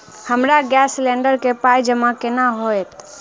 हमरा gas cylinder केँ पाई जमा केना हएत?